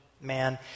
man